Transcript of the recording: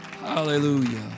hallelujah